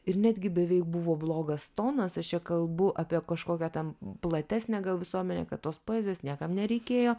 ir netgi beveik buvo blogas tonas aš čia kalbu apie kažkokią ten platesnę gal visuomenę kad tos poezijos niekam nereikėjo